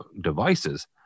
devices